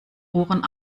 ohren